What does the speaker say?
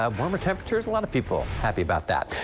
of warmer temperatures, a lot of people happy about that.